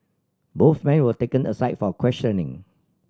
both men were taken aside for questioning